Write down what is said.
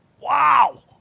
wow